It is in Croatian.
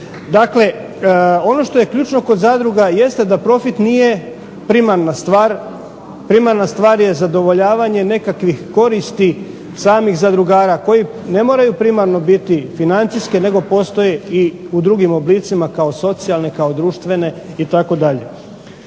Dakle, ono što je ključno kod zadruga jeste da profit nije primarna stvar, primarna stvar je zadovoljavanje nekakvih koristi samih zadrugara koji ne mora primarno biti financijske nego postoje i u drugim oblicima kao socijalne, kao društvene itd.